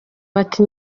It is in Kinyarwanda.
bati